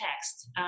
text